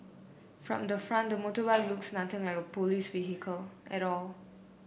from the front the motorbike looks nothing like a police vehicle at all